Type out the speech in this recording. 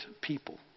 people